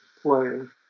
playing